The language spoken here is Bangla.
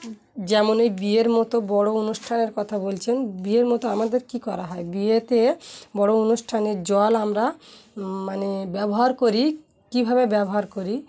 যেমন ওই বিয়ের মতো বড়ো অনুষ্ঠানের কথা বলছেন বিয়ের মতো আমাদের কী করা হয় বিয়েতে বড়ো অনুষ্ঠানেের জল আমরা মানে ব্যবহার করি কীভাবে ব্যবহার করি